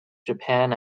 japan